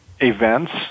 events